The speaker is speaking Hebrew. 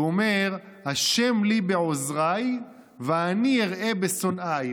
שהוא אומר: "ה' לי בעזרי ואני אראה בשנאי".